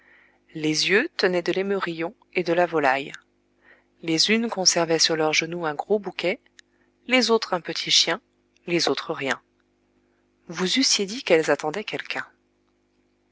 les yeux tenaient de l'émerillon et de la volaille les unes conservaient sur leurs genoux un gros bouquet les autres un petit chien les autres rien vous eussiez dit qu'elles attendaient quelqu'un